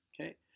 Okay